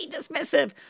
dismissive